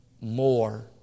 more